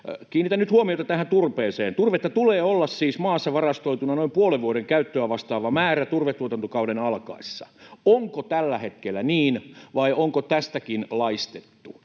Kiinnitän nyt huomiota tähän turpeeseen. Turvetta tulee olla siis maassa varastoituna noin puolen vuoden käyttöä vastaava määrä turvetuotantokauden alkaessa. Onko tällä hetkellä niin, vai onko tästäkin laistettu?